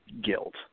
guilt